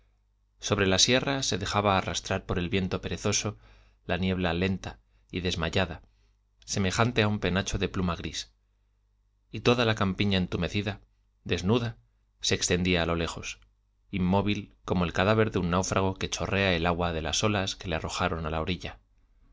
sobre la sierra se dejaba arrastrar por el viento perezoso la niebla lenta y desmayada semejante a un penacho de pluma gris y toda la campiña entumecida desnuda se extendía a lo lejos inmóvil como el cadáver de un náufrago que chorrea el agua de las olas que le arrojaron a la orilla